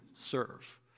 serve